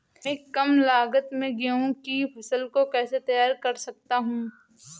मैं कम लागत में गेहूँ की फसल को कैसे तैयार कर सकता हूँ?